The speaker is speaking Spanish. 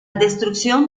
destrucción